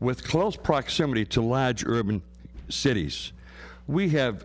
with close proximity to latch urban cities we have